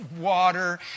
water